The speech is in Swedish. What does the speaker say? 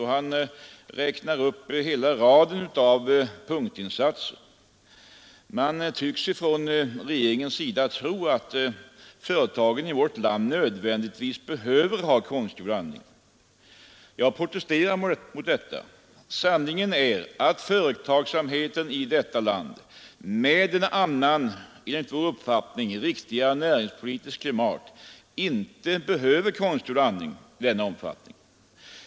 Han räknar upp hela raden av punktinsatser. Regeringen tycks tro att företagen i vårt land nödvändigtvis behöver konstgjord andning. Jag protesterar mot detta. Sanningen är att företagsamheten i detta land med ett annat — enligt vår uppfattning riktigare — näringspolitiskt klimat inte behöver konstgjord andning i denna omfattning.